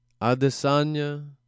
Adesanya